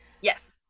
Yes